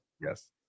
Yes